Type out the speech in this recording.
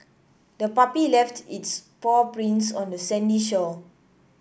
the puppy left its paw prints on the sandy shore